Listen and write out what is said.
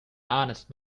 honest